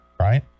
right